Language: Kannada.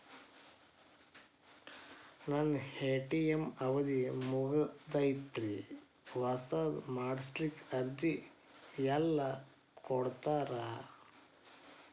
ನನ್ನ ಎ.ಟಿ.ಎಂ ಅವಧಿ ಮುಗದೈತ್ರಿ ಹೊಸದು ಮಾಡಸಲಿಕ್ಕೆ ಅರ್ಜಿ ಎಲ್ಲ ಕೊಡತಾರ?